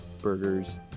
burgers